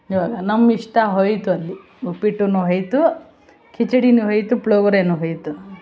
ಇವಾಗ ನಮ್ಮ ಇಷ್ಟ ಹೋಯಿತು ಅಲ್ಲಿ ಉಪ್ಪಿಟು ಹೋಯ್ತು ಕಿಚ್ಡಿನು ಹೋಯ್ತು ಪುಳೋಗ್ರೆನು ಹೋಯ್ತು